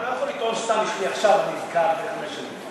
אדם לא יכול לטעון סתם שהוא עכשיו נזכר במה שהיה לפני חמש שנים.